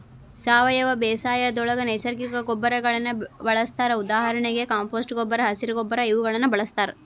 ಸಾವಯವ ಬೇಸಾಯದೊಳಗ ನೈಸರ್ಗಿಕ ಗೊಬ್ಬರಗಳನ್ನ ಬಳಸ್ತಾರ ಉದಾಹರಣೆಗೆ ಕಾಂಪೋಸ್ಟ್ ಗೊಬ್ಬರ, ಹಸಿರ ಗೊಬ್ಬರ ಇವುಗಳನ್ನ ಬಳಸ್ತಾರ